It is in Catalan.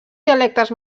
dialectes